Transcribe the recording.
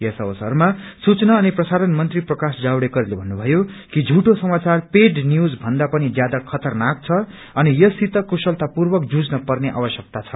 यस अवसरमा सूचना अनि प्रसारण मंत्री प्रकाश जावडेकरले भन्नुभयो कि झूठो समाचार पेड न्यूज भन्दा पनि ज्यादा खतरनाक छ अनि यससित कुश्लतापूर्वक जुझन पर्ने आवश्यक्ता छ